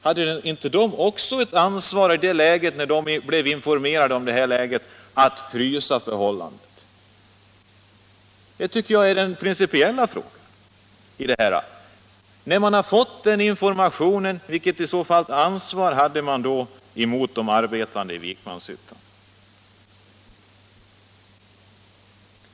Hade inte den också ett ansvar, när den blev Jjärn och stålinduinformerad om det rådande läget, att frysa förhållandet? Det tycker jag = strin, m.m. är den principiella frågan. När man hade fått informationen, vilket ansvar hade man i så fall mot de arbetande i Vikmanshyttan?